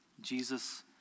Jesus